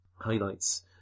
Highlights